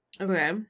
Okay